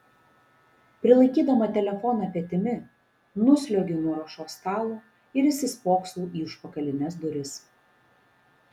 prilaikydama telefoną petimi nusliuogiu nuo ruošos stalo ir įsispoksau į užpakalines duris